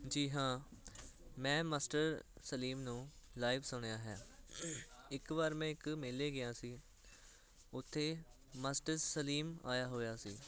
ਜੀ ਹਾਂ ਮੈਂ ਮਾਸਟਰ ਸਲੀਮ ਨੂੰ ਲਾਈਵ ਸੁਣਿਆ ਹੈ ਇੱਕ ਵਾਰ ਮੈਂ ਇੱਕ ਮੇਲੇ ਗਿਆ ਸੀ ਉੱਥੇ ਮਾਸਟਰ ਸਲੀਮ ਆਇਆ ਹੋਇਆ ਸੀ